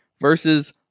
versus